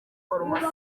farumasi